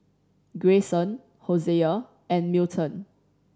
Grayson Hosea and Milton